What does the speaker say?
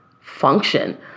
function